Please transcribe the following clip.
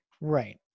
Right